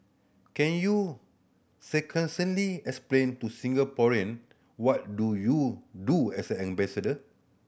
can you succinctly explain to Singaporean what do you do as an ambassador